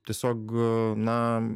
tiesiog na